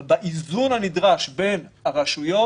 ובאיזון הנדרש בין הרשויות